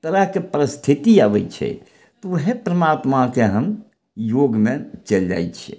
तरहके परिस्थिति अबय छै तऽ वएह परमात्माके हम योगमे चलि जाइ छियै